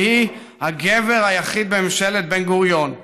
שהיא הגבר היחיד בממשלת בן-גוריון,